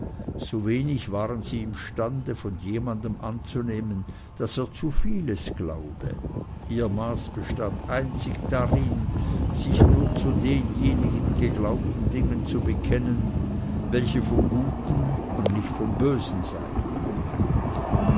sowenig waren sie imstande von jemandem anzunehmen daß er zu vieles glaube ihr maß bestand einzig darin sich nur zu denjenigen geglaubten dingen zu bekennen welche vom guten und nicht vom bösen seien